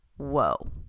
whoa